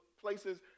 places